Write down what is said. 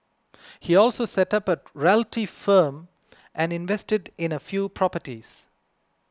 he also set up a realty firm and invested in a few properties